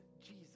jesus